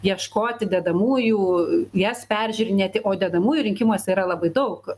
ieškoti dedamųjų jas peržiūrinėti o dedamųjų rinkimuose yra labai daug